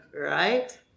right